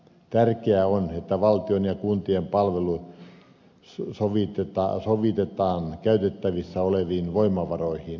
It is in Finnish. tärkeää on että valtion ja kuntien palvelut sovitetaan käytettävissä oleviin voimavaroihin